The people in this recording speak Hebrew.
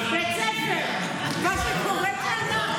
בית ספר מה שקורה כאן.